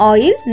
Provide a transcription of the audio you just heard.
Oil